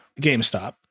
GameStop